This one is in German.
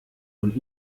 und